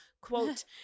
Quote